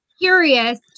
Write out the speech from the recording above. curious